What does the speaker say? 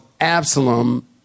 Absalom